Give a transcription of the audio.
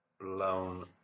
blown